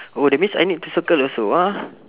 oh that means I need to circle also ah